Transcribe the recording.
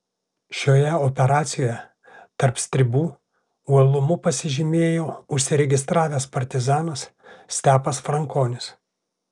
šioje operacijoje tarp stribų uolumu pasižymėjo užsiregistravęs partizanas stepas frankonis